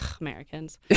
Americans